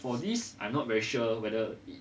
for this I'm not very sure whether it